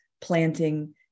planting